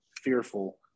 fearful